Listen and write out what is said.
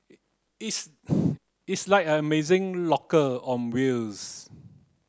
it's its like an amazing locker on wheels